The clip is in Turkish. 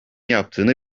yaptığını